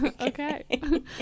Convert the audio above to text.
Okay